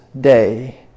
Day